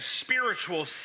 spiritual